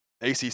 ACC